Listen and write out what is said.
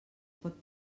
pot